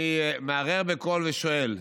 אני מערער בקול ושואל: